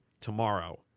tomorrow